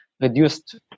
reduced